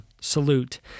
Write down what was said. salute